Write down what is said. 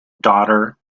daughter